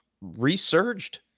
resurged